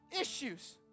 issues